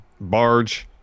barge